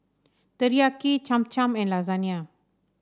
Teriyaki Cham Cham and Lasagne